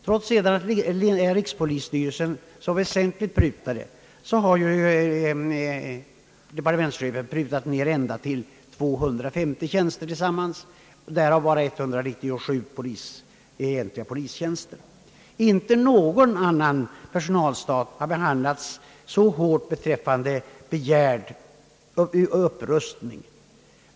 Trots att rikspolisstyrelsen sedan prutat väsentligt, har departementschefen prutat ner ända till 250 tjänster, därav 197 egentliga polistjänster. Inte någon annan personalstat har behandlats så hårt beträffande begärd upprustning.